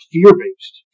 Fear-based